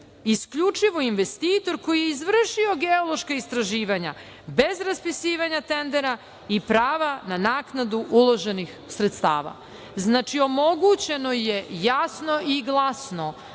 isključivo investitor koji je izvršio geološka istraživanja bez raspisivanja tendera i prava na naknadu uloženih sredstava. Znači, omogućeno je jasno i glasno